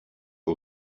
que